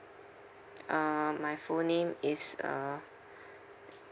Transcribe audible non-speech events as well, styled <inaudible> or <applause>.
uh my full name is uh <breath>